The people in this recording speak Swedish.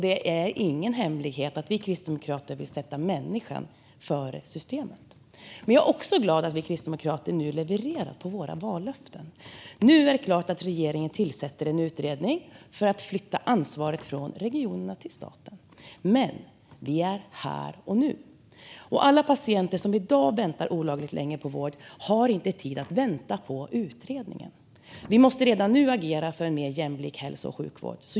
Det är ingen hemlighet att vi kristdemokrater vill sätta människan före systemet. Men jag är också glad att vi kristdemokrater nu levererar på våra vallöften. Nu är det klart att regeringen tillsätter en utredning för att flytta ansvaret från regionerna till staten. Men vi är här och nu, och alla patienter som i dag väntar olagligt länge på vård har inte tid att vänta på utredningen. Vi måste redan nu agera för en mer jämlik hälso och sjukvård.